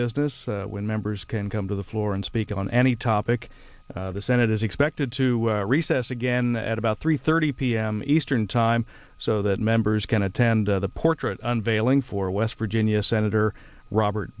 business when members can come to the floor and speak on any topic the senate is expected to recess again at about three thirty p m eastern time so that members can attend the portrait on veiling for west virginia senator robert